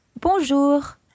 Bonjour